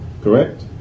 correct